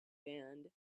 band